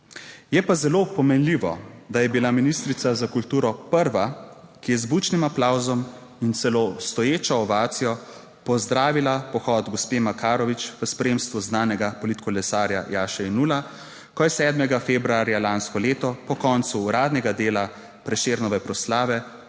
Je pa zelo pomenljivo, da je bila ministrica za kulturo prva, ki je z bučnim aplavzom in celo stoječo ovacijo pozdravila pohod gospe Makarovič v spremstvu znanega politkolesarja Jaše Jenulla, ko je 7. februarja lansko leto po koncu uradnega dela Prešernove proslave